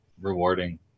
rewarding